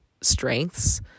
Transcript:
strengths